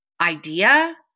idea